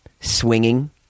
swinging